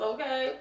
Okay